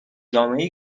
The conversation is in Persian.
جامعهای